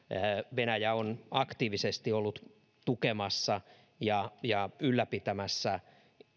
venäjä on aktiivisesti ollut tukemassa ja ja ylläpitämässä